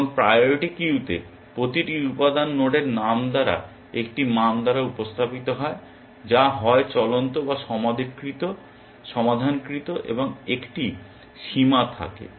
এবং প্রায়োরিটি কিউতে প্রতিটি উপাদান নোডের নাম দ্বারা একটি মান দ্বারা উপস্থাপিত হয় যা হয় চলন্ত বা সমাধানকৃত এবং একটি সীমা থাকে